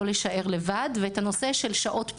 לא להישאר לבד ואת הנושא של שעות פנאי.